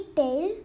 tail